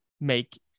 make